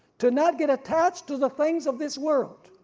to not get attached to the things of this world,